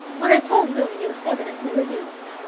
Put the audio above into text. when i told willie, he was evidently relieved.